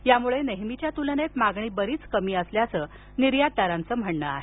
यामुळे नेहमीच्या तुलनेत मागणी बरीच कमी असल्याचे निर्यातदारांचे म्हणणे आहे